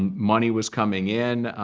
and money was coming in.